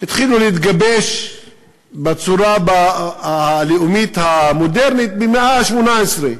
התחילו להתגבש בצורה הלאומית המודרנית במאה ה-18.